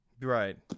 Right